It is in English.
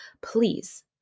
please